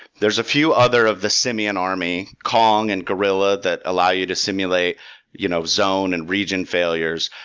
there's a few other of the simian army, kong, and gorilla, that allow you to simulate you know zone and region failures.